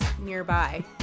nearby